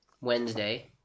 Wednesday